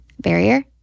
barrier